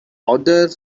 odor